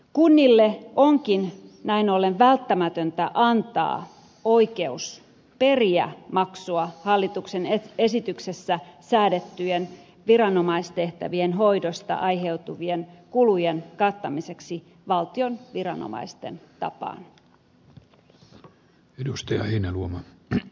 kunnille onkin näin ollen välttämätöntä antaa oikeus periä maksua hallituksen esityksessä säädettyjen viranomaistehtävien hoidosta aiheutuvien kulujen kattamiseksi valtion viranomaisten tapaan